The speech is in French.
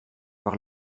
par